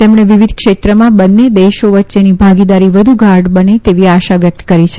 તેમણે વિવિધ ક્ષેત્રમાં બંને દેશો વચ્ચેની ભાગીદારી વધુ ગાઢ બને તેવી આશા વ્યકત કરી છે